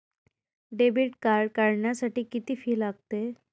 Debit card काढण्यासाठी किती fee लागते?